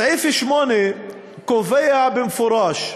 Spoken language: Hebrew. בסעיף 8 נקבע במפורש,